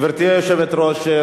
גברתי היושבת-ראש,